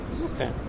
Okay